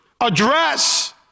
address